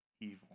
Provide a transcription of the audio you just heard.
evil